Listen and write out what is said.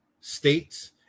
states